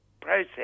process